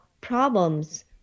problems